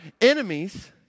enemies